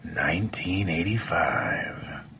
1985